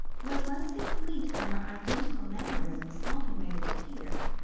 was less complete than their identical mannerisms often made it appear.